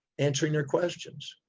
answering their questions.